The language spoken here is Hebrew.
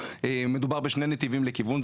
מדובר בשני נתיבים לכיוון,